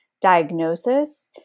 diagnosis